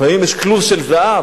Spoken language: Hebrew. לפעמים יש כלוב של זהב,